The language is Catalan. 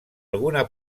alguna